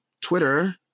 Twitter